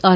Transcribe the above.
R